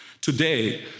Today